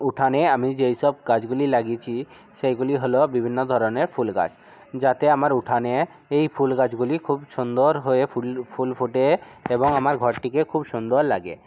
উঠানে আমি যেইসব গাছগুলি লাগিয়েছি সেইগুলি হল বিভিন্ন ধরনের ফুলগাছ যাতে আমার উঠানে এই ফুলগাছগুলি খুব সুন্দর হয়ে ফুল ফুল ফোটে এবং আমার ঘরটিকে খুব সুন্দর লাগে